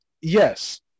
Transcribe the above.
Yes